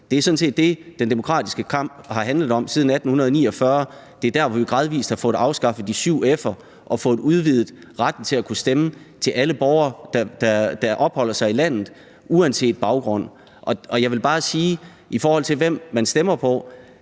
Det er sådan set det, den demokratiske kamp har handlet om siden 1849. Det er der, hvor vi gradvis har fået afskaffet de syv f'er og fået udvidet retten til at kunne stemme til alle borgere, der opholder sig i landet, uanset baggrund. Og jeg vil bare sige, i forhold til hvem man stemmer på,